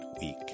week